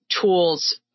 tools